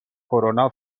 کرونا